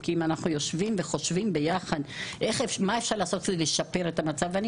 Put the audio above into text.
כי אם אנחנו יושבים וחושבים יחד מה אפשר לעשות כדי לשפר את המצב ואני